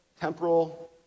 temporal